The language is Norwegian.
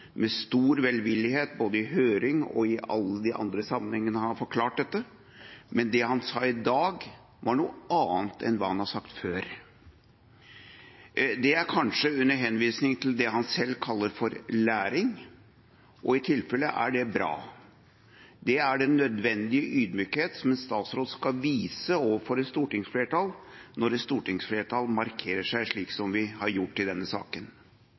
med stor velvillighet både i høring og i alle de andre sammenhengene han har forklart dette, men det han sa i dag, var noe annet enn hva han har sagt før. Det er kanskje under henvisning til det han selv kaller for læring, og i tilfelle er det bra. Det er den nødvendige ydmykhet som en statsråd skal vise overfor et stortingsflertall når et stortingsflertall markerer seg slik som i denne saken.